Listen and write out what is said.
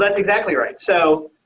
like exactly right. so,